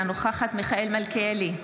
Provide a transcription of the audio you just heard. אינה נוכחת מיכאל מלכיאלי,